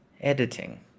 editing